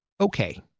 okay